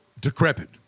decrepit